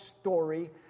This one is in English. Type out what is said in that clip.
story